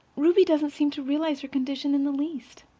ruby doesn't seem to realize her condition in the least.